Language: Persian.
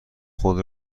خود